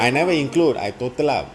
I never include I total up